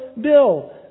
bill